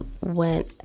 went